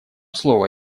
слово